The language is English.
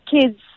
kids